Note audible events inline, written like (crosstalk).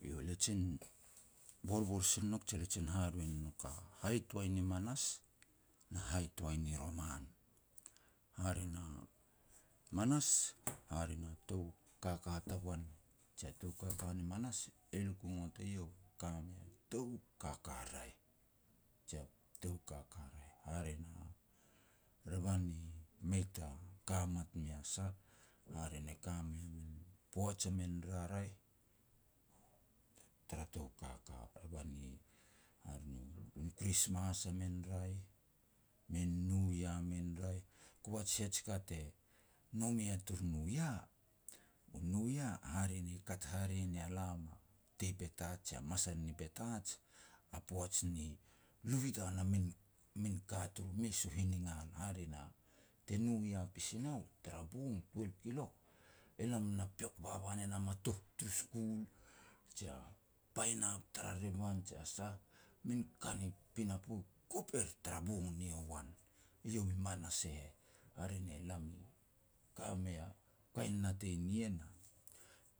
Yo, le jin (noise) borbor sin nouk je le jin haharoi ne nouk a hai toai ni manas, na hai toai ni roman. Hare na, manas (noise) hare na tou kaka tagoan, jia tou kaka ni manas, e lu ku ngot eiau ka mei a tou kaka raeh, jia tou kaka raeh. Hare na, revan i mei ta ka mat mea sah, hare ne, ka mei a min poaj a min raraeh, tara tou kaka. Revan i hare ni, min Krismas a min raeh, min nu ya min raeh. Kova tsi sia tsika te nome a tur nu ya, u nu ya hare ni kat hare nia lam a tei Petats jia masal ni Petats, a poaj ni lubitan a min-min ka turu mes u hiningal. Hare na, te nu ya pasi nau tara bong twelve kilok, e lam na piok baba ne nam a toh turu skul, jia painap tara revan jia sah. Min ka ni pinapo e kop er tara bong ni yo wan. Iau manas e heh, hare ne lam i ka mei a kain natei nien,